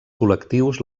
col·lectius